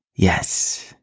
Yes